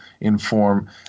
inform